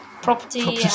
Property